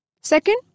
Second